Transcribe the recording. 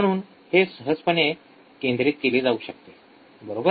म्हणून हे सहजपणे केंद्रित केले जाऊ शकते बरोबर